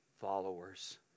followers